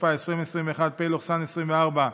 התשפ"א 2021, פ/1862/24,